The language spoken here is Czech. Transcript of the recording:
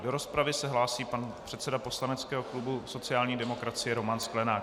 Do rozpravy se hlásí pan předseda poslaneckého klubu sociální demokracie Roman Sklenák.